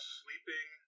sleeping